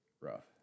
rough